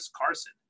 Carson